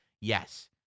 yes